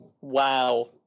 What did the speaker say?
Wow